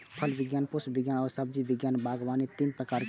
फल विज्ञान, पुष्प विज्ञान आ सब्जी विज्ञान बागवानी तीन प्रकार छियै